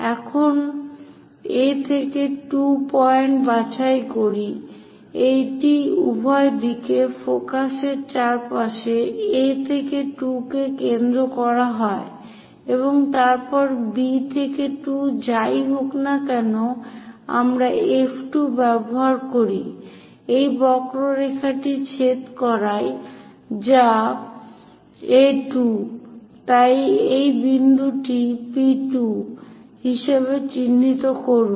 এখন A থেকে 2 point বাছাই করি এটি উভয় দিকে ফোকাসের চারপাশে A থেকে 2 কে কেন্দ্র করা হয় এবং তারপর B থেকে 2 যাই হোক না কেন আমরা F2 ব্যবহার করি এই বক্ররেখাটি ছেদ কড়াই যা A2 তাই এই বিন্দুটি P2 হিসেবে চিহ্নিত করুন